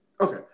Okay